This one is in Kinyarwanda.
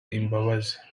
imbabazi